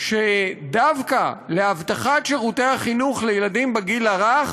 שדווקא להבטחת שירותי החינוך לילדים בגיל הרך